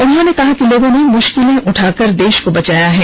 उन्होंने कहा कि लोगों ने मुश्किलें उठाकर देश को बचाया है